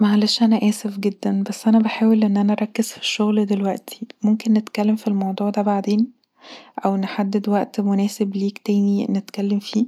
معلش انا آسف جدا بس انا بحاول اركز في الشغل دلوقتي، ممكن نتكلم في الموضوع دا بعدين او نحدد وقت مناسب ليك تاني نتكلم فيه